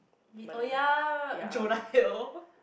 oh ya Jonah-Hill